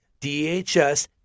DHS